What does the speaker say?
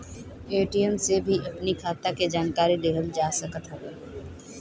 ATM से भी अपनी खाता के जानकारी लेहल जा सकत हवे